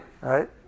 Right